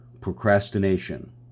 procrastination